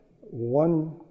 one